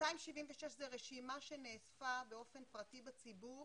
276 זו רשימה שנאספה באופן פרטי בציבור